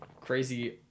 crazy